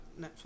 Netflix